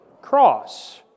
cross